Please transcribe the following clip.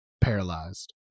Paralyzed